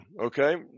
Okay